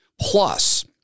Plus